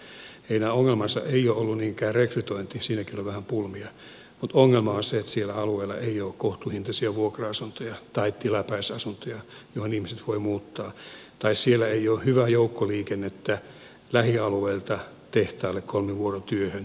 heidän ongelmansa ei ole ollut niinkään rekrytointi siinäkin oli vähän pulmia mutta ongelma on se että sillä alueella ei ole kohtuuhintaisia vuokra asuntoja tai tilapäisasuntoja joihin ihmiset voivat muuttaa tai siellä ei ole hyvää joukkoliikennettä lähialueilta tehtaalle kolmivuorotyöhön